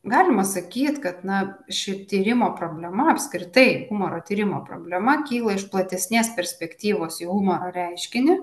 galima sakyt kad na ši tyrimo problema apskritai humoro tyrimo problema kyla iš platesnės perspektyvos į humoro reiškinį